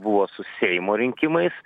buvo su seimo rinkimais